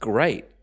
Great